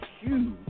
huge